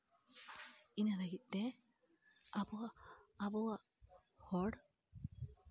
ᱤᱱᱟᱹ ᱞᱟᱹᱜᱤᱫ ᱛᱮ ᱟᱵᱚᱣᱟᱜ ᱟᱵᱚᱣᱟᱜ ᱦᱚᱲ